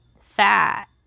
fat